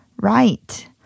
Right